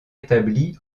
établie